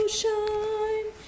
shine